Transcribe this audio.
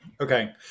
okay